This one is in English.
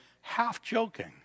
half-joking